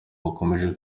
bakomeje